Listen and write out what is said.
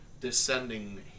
descending